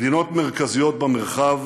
מדינות מרכזיות במרחב